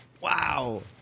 Wow